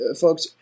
folks